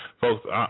Folks